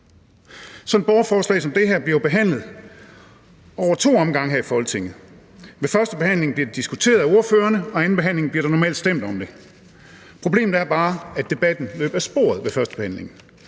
Sådan et borgerforslag som det her bliver jo behandlet over to omgange her i Folketinget. Ved førstebehandlingen bliver det diskuteret af ordførerne, og ved andenbehandlingen bliver der normalt stemt om det. Problemet er bare, at debatten løb af sporet ved førstebehandlingen.